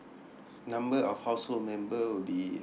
number of household member would be